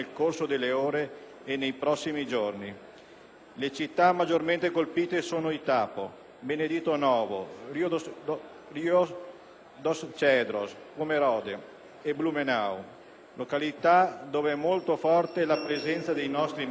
Le città maggiormente colpito sono Itapoà, Benedito Novo, Rio dos Cedros, Pomerode e Blumenau, località in cui è molto forte la presenza dei nostri emigrati di terza e quarta generazione.